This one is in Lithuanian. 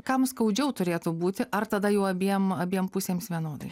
kam skaudžiau turėtų būti ar tada jau abiem abiem pusėms vienodai